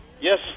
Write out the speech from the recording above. Yes